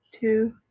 two